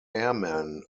airmen